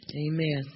Amen